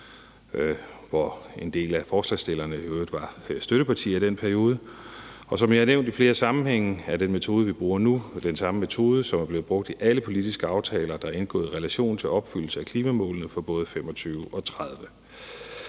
hvor en del af forslagsstillernes partier i øvrigt var støttepartier i den periode, og som jeg har nævnt i flere sammenhænge, er den metode, vi bruger nu, den samme metode, som er blevet brugt i alle politiske aftaler, der er indgået i relation til opfyldelse af klimamålene for både 2025 og 2030.